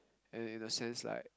and in a sense like